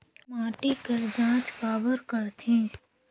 माटी कर जांच काबर करथे?